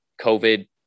COVID